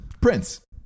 Prince